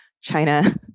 China